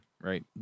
right